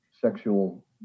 sexual